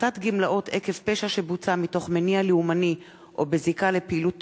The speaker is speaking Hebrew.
(הפחתת גמלאות עקב פשע שבוצע מתוך מניע לאומני או בזיקה לפעילות טרור),